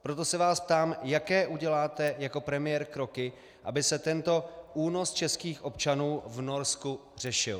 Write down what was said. Proto se vás ptám, jaké uděláte jako premiér kroky, aby se tento únos českých občanů v Norsku řešil?